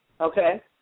okay